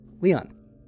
Leon